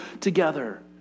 together